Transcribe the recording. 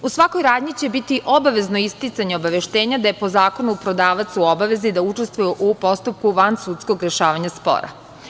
U svakoj radnji će biti obavezno isticanje obaveštenja da je po zakonu prodavac u obavezi da učestvuje u postupku vansudskog rešavanja spora.